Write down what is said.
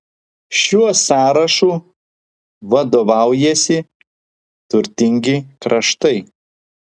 šiuo sąrašu vadovaujasi turtingi kraštai